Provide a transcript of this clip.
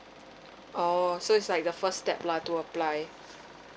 oh so it's like the first step lah to apply